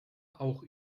auch